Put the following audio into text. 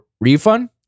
refund